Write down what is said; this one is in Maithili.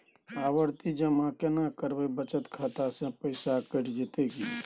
आवर्ति जमा केना करबे बचत खाता से पैसा कैट जेतै की?